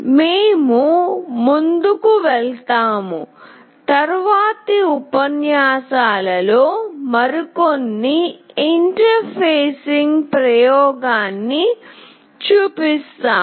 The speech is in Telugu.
మేము ముందుకు వెళ్తాము తరువాతి ఉపన్యాసాలలో మరికొన్ని ఇంటర్ఫేసింగ్ ప్రయోగాన్ని చూపిస్తాము